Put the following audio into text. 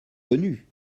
connu